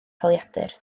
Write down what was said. holiadur